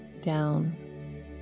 down